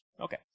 Okay